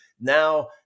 now